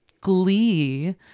glee